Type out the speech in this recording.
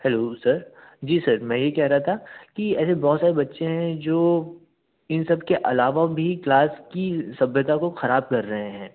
hello sir जी sir मैं ये कह रहा था कि ऐसे बहुत सारे बच्चे हैं जो इन सब के अलावा भी क्लास की सभ्यता को ख़राब कर रहे हैं